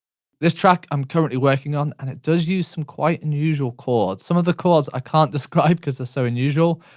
this track i'm currently working on, and it does use some quite unusual chords. some of the chords i can't describe cause they're so unusual.